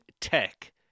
tech